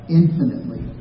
infinitely